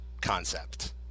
concept